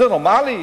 זה נורמלי?